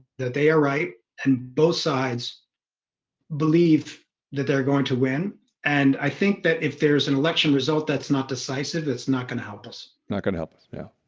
that they are right and both sides believe that they're going to win and i think that if there's an election result that's not decisive it's not going to help us not going to help us. yeah,